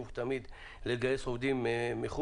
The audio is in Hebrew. לגייס עובדים זרים.